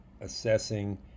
assessing